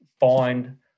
find